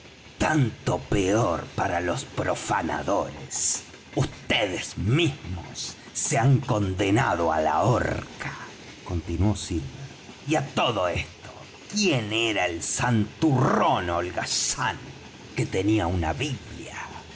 tanto peor para los profanadores vds mismos se han condenado á la horca continuó silver y á todo esto quién era el santurrón holgazán que tenía una biblia